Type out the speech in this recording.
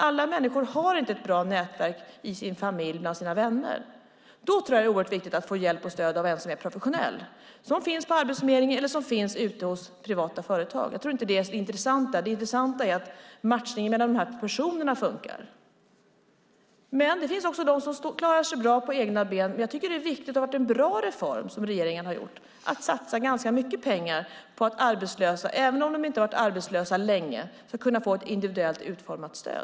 Alla människor har inte ett bra nätverk i sin familj och bland sina vänner. Då är det oerhört viktigt att få hjälp och stöd av någon som är professionell som finns på Arbetsförmedlingen eller ute hos privata företag. Det är inte det intressanta. Det intressanta är att matchningen med personerna fungerar. Det finns också de som klarar sig bra på egna ben. Det är en viktig och bra reform som regeringen har gjort. Man har satsat ganska mycket pengar på att arbetslösa, även om de inte har varit arbetslösa länge, ska kunna få ett individuellt utformat stöd.